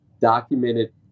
documented